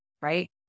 right